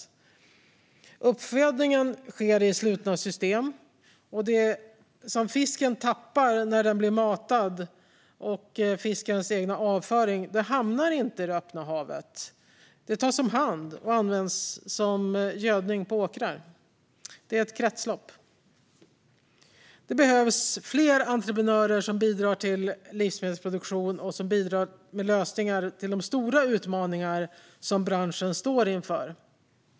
Uppfödningen sker i slutna system. Det som fisken tappar när den blir matad och fiskens egen avföring hamnar inte i öppet hav; det tas om hand och används som gödning på åkrar. Det är ett kretslopp. Det behövs fler entreprenörer som bidrar till livsmedelsproduktion och med lösningar på de stora utmaningar som branschen står inför.